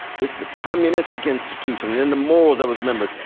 this is a communistic institution in the morals of its members.